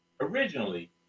originally